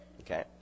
okay